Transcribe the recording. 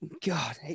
God